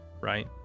right